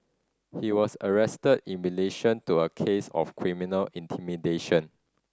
he was arrested in relation to a case of criminal intimidation